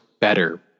better